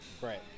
Right